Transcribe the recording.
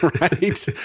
Right